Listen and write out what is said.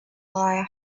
life